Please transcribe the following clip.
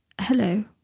Hello